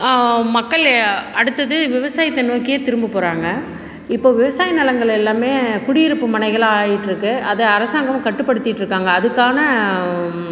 மக்கள் அடுத்தது விவசாயத்தை நோக்கியே திரும்பப்போகிறாங்க இப்போ விவசாய நிலங்கள் எல்லாமே குடியிருப்பு மனைகளாகிட்ருக்கு அதை அரசாங்கம் கட்டுப்படுத்திகிட்ருக்காங்க அதுக்கான